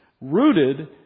rooted